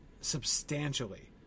substantially